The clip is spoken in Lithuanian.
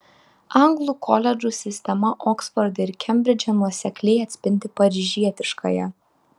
anglų koledžų sistema oksforde ir kembridže nuosekliai atspindi paryžietiškąją